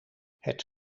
het